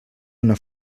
una